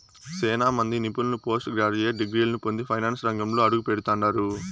సేనా మంది నిపుణులు పోస్టు గ్రాడ్యుయేట్ డిగ్రీలని పొంది ఫైనాన్సు రంగంలో అడుగుపెడతండారు